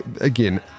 again